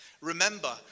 Remember